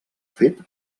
fet